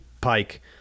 pike